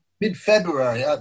Mid-February